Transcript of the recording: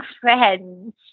friends